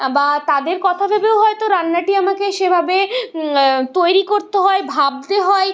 বা তাদের কথা ভেবেও হয়তো রান্নাটি আমাকে সেভাবে তৈরি করতে হয় ভাবতে হয়